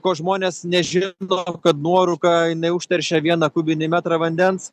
ko žmonės nežino kad nuorūka užteršia vieną kubinį metrą vandens